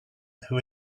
who